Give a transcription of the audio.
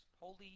holy